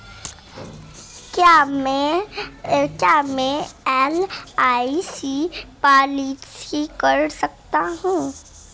क्या मैं LIC policy कर सकता हूं?